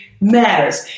matters